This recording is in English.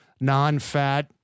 non-fat